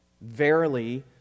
Verily